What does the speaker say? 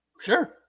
Sure